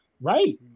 Right